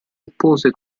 oppose